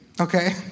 okay